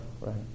right